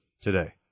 today